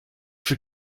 for